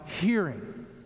hearing